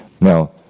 Now